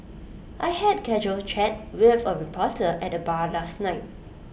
I had casual chat with A reporter at the bar last night